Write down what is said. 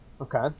Okay